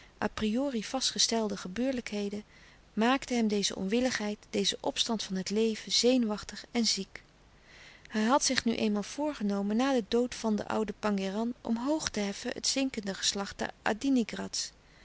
priori vastgestelde gebeurlijkheden maakte hem deze onwilligheid deze opstand van het leven zenuwachtig en ziek hij had zich nu eenmaal voorgenomen na den dood van den ouden pangéran omhoog te heffen het zinkende